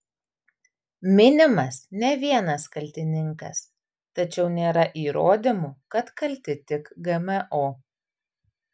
minimas ne vienas kaltininkas tačiau nėra įrodymų kad kalti tik gmo